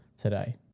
today